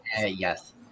yes